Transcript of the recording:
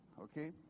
okay